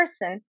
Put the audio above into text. person